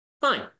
Fine